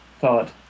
thought